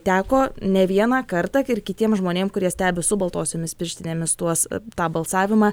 teko ne vieną kartą ir kitiems žmonėms kurie stebi su baltosiomis pirštinėmis tuos tą balsavimą